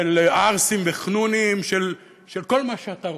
של ערסים וחנונים, של כל מה שאתה רוצה,